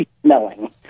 smelling